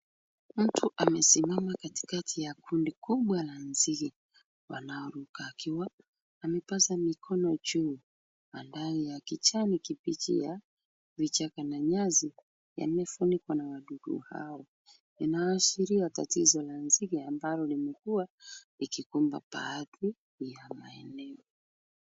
Mtu amesimama katikati ya kundi kubwa la nzige wanaoruka, akiwa amepasa mikono juu. Mandhari ya kijani kibichi ya vichaka na nyasi yamefunikwa na wadudu hao. Inaashiria tatizo la nzige ambalo limekuwa likikumba baadhi ya maeneo.